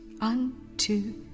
unto